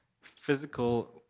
physical